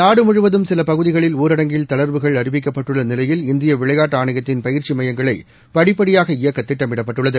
நாடு முழுவதும் சில பகுதிகளில் ஊரடங்கில் தளா்வுகள் அறிவிக்கப்பட்டுள்ள நிலையில் இந்திய விளையாட்டு ஆணையத்தின் பயிற்சி மையங்களை படிப்படியாக இயக்க திட்டமிடப்பட்டுள்ளது